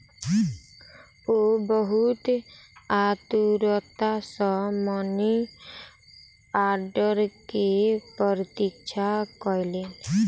ओ बहुत आतुरता सॅ मनी आर्डर के प्रतीक्षा कयलैन